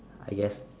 I guess